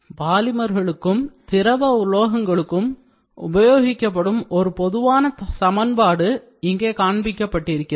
பாலிமர்களுக்கும் திரவ உலோகங்களுக்கும் உபயோகிக்கப்படும் ஒரு பொதுவான சமன்பாடு இங்கே காண்பிக்கப்பட்டிருக்கிறது